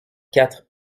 quatre